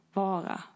vara